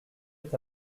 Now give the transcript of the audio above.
est